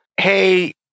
hey